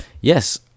yes